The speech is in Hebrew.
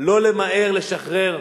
ופתאום הדרך לשתי מדינות נראית אפשרית.